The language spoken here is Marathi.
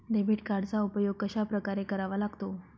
डेबिट कार्डचा उपयोग कशाप्रकारे करावा लागतो?